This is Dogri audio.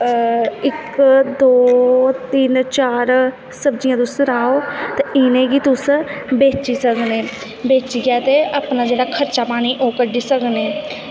इक दो तिन्न चार सब्जियां तुस रहाओ ते इ'नेंगी तुस बेची सकने बेचियै ते अपना खर्चा पानी कड्डी सकने